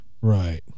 right